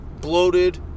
bloated